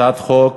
הצעת החוק